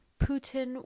Putin